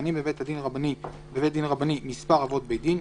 מכהנים בבית דין רבני מספר אבות בית דין,